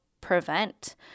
prevent